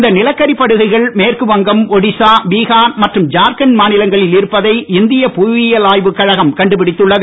இந்த நிலக்கரி படுகைகள் மேற்குவங்கம் ஒடிசா பீஹார் மற்றும் ஜார்கண்ட் மாநிலங்களில் இருப்பதை இந்திய புவியியல் ஆய்வு கழகம் கண்டுபிடித்துள்ளது